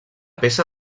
peça